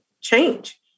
change